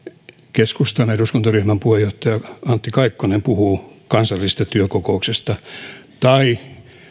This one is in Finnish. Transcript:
keskustan eduskuntaryhmän puheenjohtaja antti kaikkonen puhuu kansallisesta työkokouksesta tai